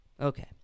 Okay